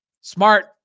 smart